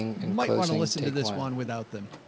might want to listen to this one without them.